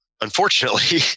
unfortunately